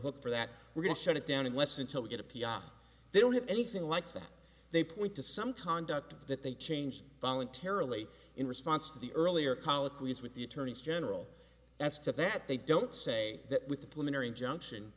hook for that we're going to shut it down unless until we get a p r they don't have anything like that they point to some conduct that they changed voluntarily in response to the earlier colloquy is with the attorneys general as to that they don't say that with the pulmonary injunction